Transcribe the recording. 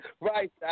right